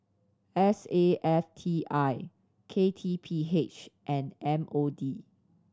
S A F T I K T P H and M O D